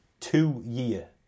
two-year